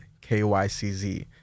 K-Y-C-Z